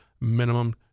minimum